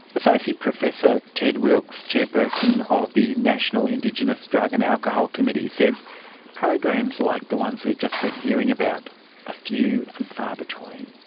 associate professor ted wilkes, chairperson of the national indigenous drug and alcohol committee, says programs like the ones we've just been hearing about are ah few and far between.